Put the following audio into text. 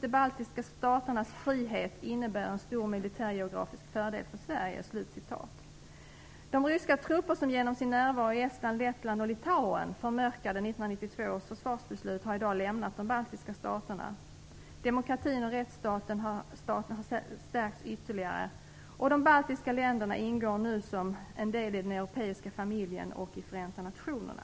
"De baltiska staternas frihet innebär en stor militärgeografisk fördel för Sverige". De ryska trupper som genom sin närvaro i Estland, Lettland och Litauen förmörkade 1992 års försvarsbeslut har i dag lämnat de baltiska staterna. Demokratin och rättsstaten har stärkts ytterligare, och de baltiska länderna ingår nu som en del i den europeiska familjen och i Förenta nationerna.